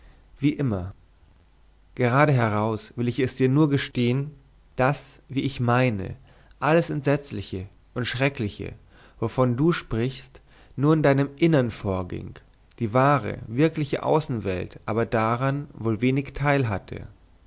wie immer geradeheraus will ich es dir nur gestehen daß wie ich meine alles entsetzliche und schreckliche wovon du sprichst nur in deinem innern vorging die wahre wirkliche außenwelt aber daran wohl wenig